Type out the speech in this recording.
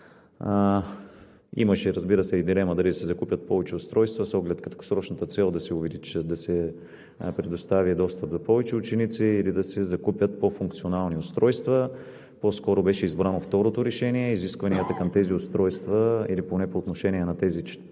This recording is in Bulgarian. Имаше, разбира се, и дилема дали да се закупят повече устройства с оглед краткосрочната цел да се предостави достъп до повече ученици, или да се закупят по-функционални устройства. По-скоро беше избрано второто решение, изискванията към тези устройства или поне по отношение на тези